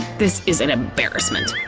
this is an embarrassment!